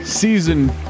Season